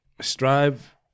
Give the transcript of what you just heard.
strive